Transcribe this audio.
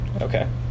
Okay